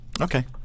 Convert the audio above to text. Okay